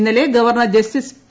ഇന്നലെ governor justice P